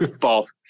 False